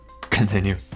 continue